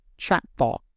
chatbot